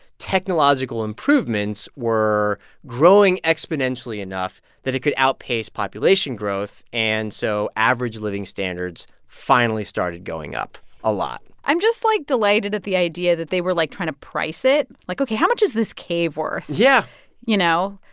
technological improvements were growing exponentially enough that it could outpace population growth. and so average living standards finally started going up a lot i'm just, like, delighted at the idea that they were, like, trying to price it. like, ok, how much is this cave worth? yeah you know,